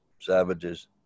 Savages